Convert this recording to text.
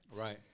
Right